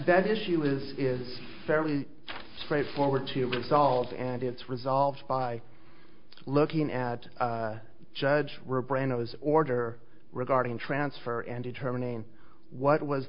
that issue is fairly straightforward to resolve and it's resolved by looking at judge were brando's order regarding transfer and determining what was